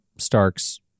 stark's